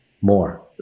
more